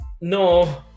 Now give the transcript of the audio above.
No